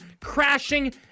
crashing